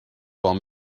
while